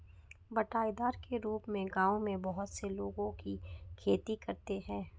बँटाईदार के रूप में गाँवों में बहुत से लोगों की खेती करते हैं